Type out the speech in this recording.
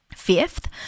Fifth